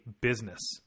business